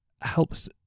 helps